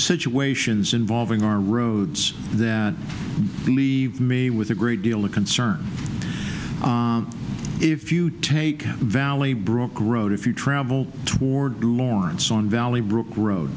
situations involving our roads that leave me with a great deal of concern if you take the valley brook road if you travel toward lawrence on valley brook road